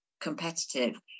competitive